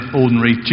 ordinary